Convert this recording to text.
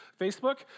Facebook